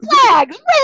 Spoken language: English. flags